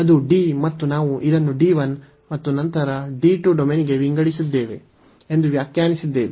ಅದು D ಮತ್ತು ನಾವು ಇದನ್ನು D 1 ಮತ್ತು ನಂತರ D 2 ಡೊಮೇನ್ಗೆ ವಿಂಗಡಿಸಿದ್ದೇವೆ ಎಂದು ವ್ಯಾಖ್ಯಾನಿಸಿದ್ದೇವೆ